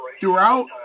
throughout